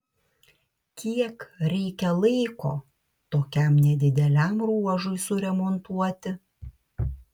kiek reikia laiko tokiam nedideliam ruožui suremontuoti